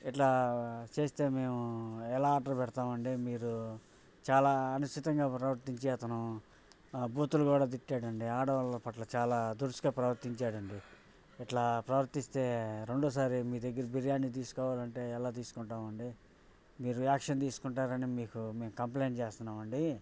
ఇట్లా చేస్తే మేము ఎలా ఆర్డర్ పెడతామండి మీరు చాలా అనిశ్చితంగా ప్రవర్తించి అతను బూతులు కూడా తిట్టాడండి ఆడోళ్ళ పట్ల చాలా దురుసుగా ప్రవర్తించాడండి ఇట్లా ప్రవర్తిస్తే రెండోసారి మీ దగ్గర బిర్యాని తీసుకోవాలంటే ఎలా తీసుకుంటామండి మీరు యాక్షన్ తీసుకుంటారని మీకు మేము కంప్లయింట్ చేస్తున్నామండి